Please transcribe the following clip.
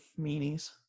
meanies